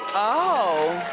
oh!